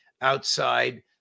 outside